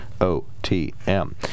OTM